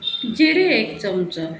जिरें एक चमचो